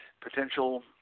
potential